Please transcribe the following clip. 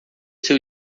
seu